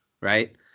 Right